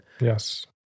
Yes